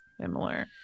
similar